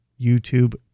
YouTube